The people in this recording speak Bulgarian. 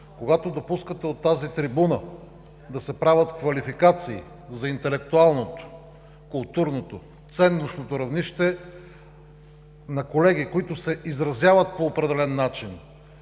Когато допускате от тази трибуна да се правят квалификации за интелектуалното, културното, ценностното равнище на колеги, които се изразяват по определен начин,